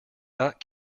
not